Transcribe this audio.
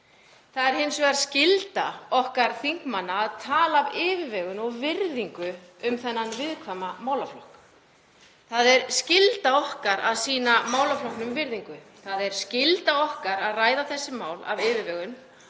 Það er hins vegar skylda okkar þingmanna að tala af yfirvegun og virðingu um þennan viðkvæma málaflokk. Það er skylda okkar að sýna málaflokknum virðingu. Það er skylda okkar að ræða þessi mál af yfirvegun